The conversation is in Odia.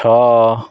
ଛଅ